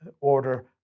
order